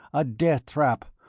a death-trap,